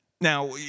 Now